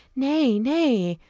nay, nay,